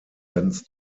ganz